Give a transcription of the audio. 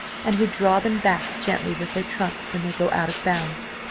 and who draw them back gently with their trunks, when they go out of bounds.